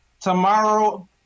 Tomorrow